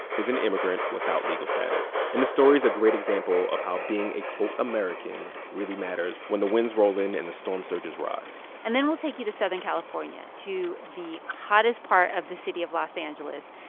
is an immigrant without legal status. and this story is a great example of how being a, quote, american really matters when the winds roll in and the storm surges rise and then we'll take you to southern california, to the hottest part of the city of los angeles.